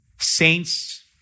Saints